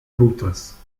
rutas